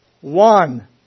one